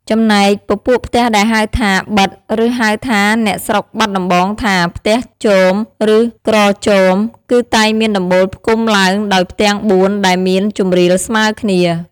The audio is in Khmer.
ចំណែក ពពួកផ្ទះដែលហៅថា “ប៉ិត” ឬហៅតាមអ្នកស្រុកបាត់ដំបងថា “ផ្ទះជម” ឬ “ក្រជម” គឺតែងមានដំបូលផ្គុំឡើងដោយផ្ទាំង៤ដែលមានជម្រាលស្មើគ្នា។